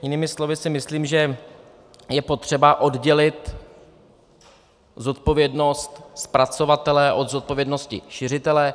Jinými slovy si myslím, že je potřeba oddělit zodpovědnost zpracovatele od zodpovědnosti šiřitele.